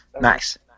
Nice